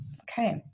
Okay